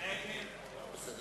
האם לממשלה